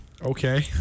Okay